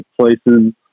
places